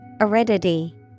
Aridity